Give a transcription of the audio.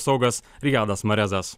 saugas rijadas marezas